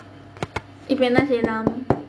இப்ப என்ன செய்யலாம்:ippa enna seiyalaam